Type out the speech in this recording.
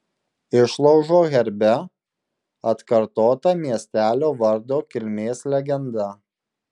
išlaužo herbe atkartota miestelio vardo kilmės legenda